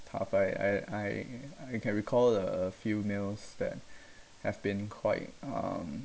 tough I I I I can recall a few meals that have been quite uh